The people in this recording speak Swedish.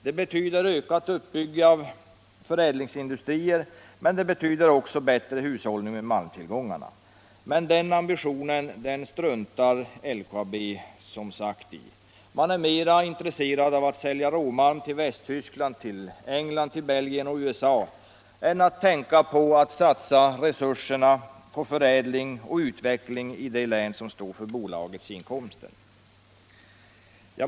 Det betyder ökat uppbyggande av förädlingsindustrier men också bättre hushållning med malmtillgångarna. Den ambitionen struntar emellertid LKAB i. Där är man mera intresserad av att sälja råmalm till Västtyskland, England, Belgien och USA än av att tänka på att satsa resurserna på förädling och utveckling i det län som står för bolagets inkomster.